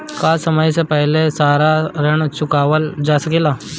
का समय से पहले सारा ऋण चुकावल जा सकेला?